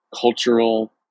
cultural